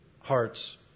hearts